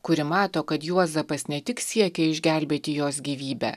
kuri mato kad juozapas ne tik siekia išgelbėti jos gyvybę